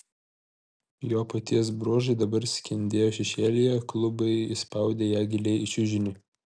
jo paties bruožai dabar skendėjo šešėlyje klubai įspaudė ją giliai į čiužinį